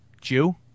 Jew